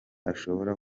ashobora